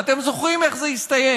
ואתם זוכרים איך זה הסתיים.